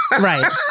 right